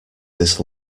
this